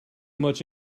much